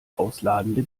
ausladende